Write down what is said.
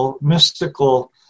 mystical